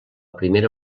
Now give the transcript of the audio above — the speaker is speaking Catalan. primera